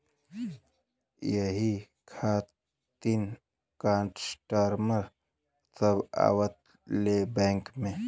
यही खातिन कस्टमर सब आवा ले बैंक मे?